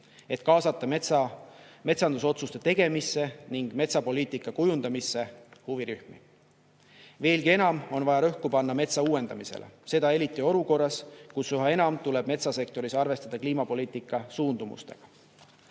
et kaasata metsandusotsuste tegemisse ning metsapoliitika kujundamisse huvirühmi. Veelgi enam on vaja rõhku panna metsa uuendamisele, seda eriti olukorras, kus üha enam tuleb metsasektoris arvestada kliimapoliitika suundumustega.